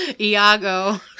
Iago